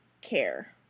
care